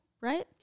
right